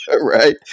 right